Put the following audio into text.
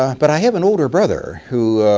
ah but i have an older brother who